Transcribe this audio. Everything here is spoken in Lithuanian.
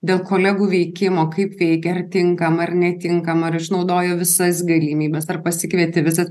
dėl kolegų veikimo kaip veikė ar tinkama ar netinkama ar išnaudojo visas galimybes ar pasikvietė visas